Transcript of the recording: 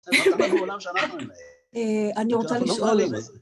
אני רוצה לשאול...